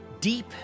deep